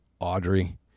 audrey